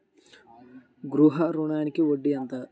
గృహ ఋణంకి వడ్డీ ఎంత?